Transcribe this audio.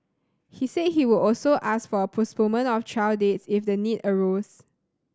he said he would also ask for a postponement of trial dates if the need arose